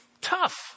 Tough